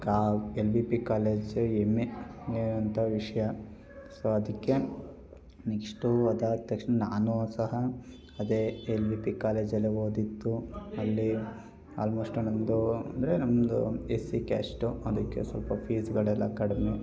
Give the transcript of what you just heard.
ಕಾ L V P college ಹೆಮ್ಮೆ ಅಂಥ ವಿಷಯ ಸೊ ಅದಕ್ಕೆ ನೆಕ್ಷ್ಟೂ ಅದಾದ ತಕ್ಷಣ ನಾನೂ ಸಹ ಅದೇ ಎಲ್ ವಿ ಪಿ ಕಾಲೇಜಲ್ಲೇ ಓದಿದ್ದು ಅಲ್ಲಿ ಆಲ್ಮೋಸ್ಟು ನನ್ನದು ಅಂದರೆ ನಮ್ಮದು ಎಸ್ ಸಿ ಕ್ಯಾಸ್ಟು ಅದಕ್ಕೆ ಸ್ವಲ್ಪ ಫೀಸ್ಗಳೆಲ್ಲ ಕಡಿಮೆ